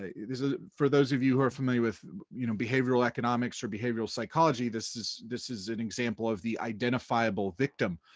ah for those of you who are familiar with you know behavioral economics or behavioral psychology, this is this is an example of the identifiable victim